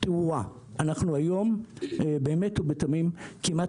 תאורה כמעט